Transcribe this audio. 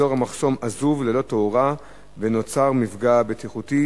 אזור המחסום עזוב, ללא תאורה, ונוצר מפגע בטיחותי.